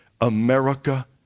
America